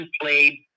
played